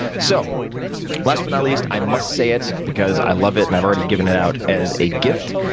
so last but not least, i must say it because i love it, and i've already given it out as a gift,